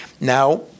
now